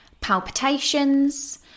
palpitations